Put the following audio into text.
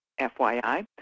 FYI